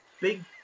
big